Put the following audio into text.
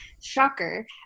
shocker